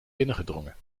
binnengedrongen